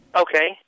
Okay